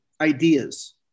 ideas